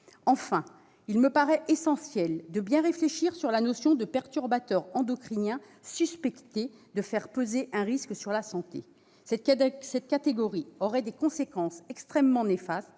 Enfin, il me paraît essentiel de bien réfléchir à la notion de perturbateurs endocriniens « suspectés » de faire peser un risque sur la santé. Cette catégorie aurait un impact extrêmement néfaste